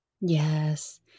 Yes